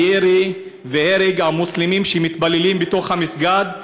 הירי והרג המוסלמים שמתפללים בתוך המסגד,